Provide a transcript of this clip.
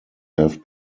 have